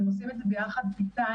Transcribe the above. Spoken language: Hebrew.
הם עושים את זה יחד איתנו.